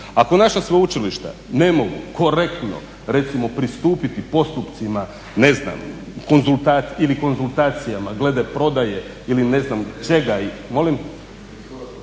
Ako naša sveučilišta ne mogu korektno, recimo pristupiti postupcima ne znam ili konzultacijama glede prodaje ili ne znam čega. Molim?